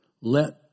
let